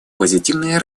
позитивное